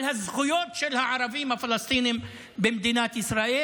הזכויות של הערבים הפלסטינים במדינת ישראל.